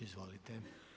Izvolite.